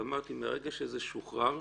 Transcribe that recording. ואמרתי שמרגע שזה שוחרר,